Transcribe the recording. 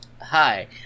Hi